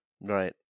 Right